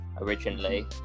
originally